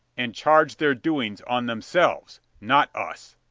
and charge their doings on themselves, not us.